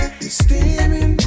Steaming